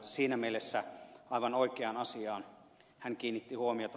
siinä mielessä aivan oikeaan asiaan hän kiinnitti huomiota